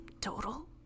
total